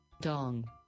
dong